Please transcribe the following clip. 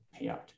payout